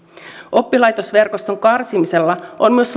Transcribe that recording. oppilaitosverkoston karsimisella on myös